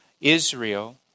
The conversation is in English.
Israel